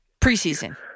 preseason